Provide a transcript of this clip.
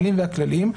הנהלים והכללים,